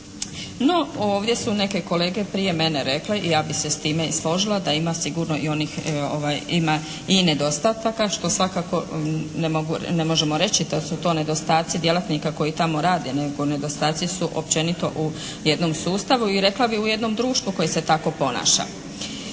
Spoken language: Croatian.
No, ovdje su neke kolege prije mene rekle i ja bih se s time složila da ima sigurno i onih, ima i nedostataka što svakako ne možemo reći da su to nedostaci djelatnika koji tamo rade, nego nedostaci su općenito u jednom sustavu i rekla bih u jednom društvu koje se tako ponaša.